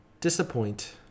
Disappoint